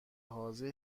حاضر